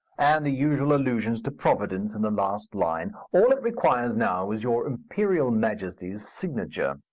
and the usual allusions to providence in the last line. all it requires now is your imperial majesty's signature.